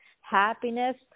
happiness